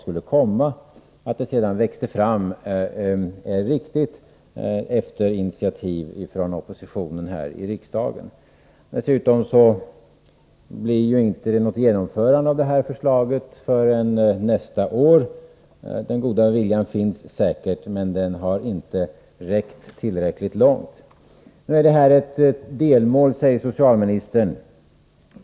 Att förslaget sedan växte fram efter initiativ av oppositionen här i riksdagen är riktigt. Dessutom blir förslaget inte genomfört förrän nästa år. Den goda viljan till detta finns säkert, men den har inte räckt till. Nu är detta ett delmål, sade socialministern.